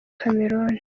cameroun